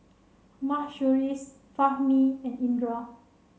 Mahsuri's Fahmi and Indra